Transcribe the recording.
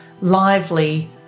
lively